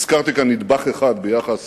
הזכרתי כאן נדבך אחד ביחס